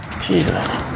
Jesus